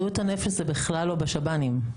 בריאות הנפש זה בכלל לא בשב"נים.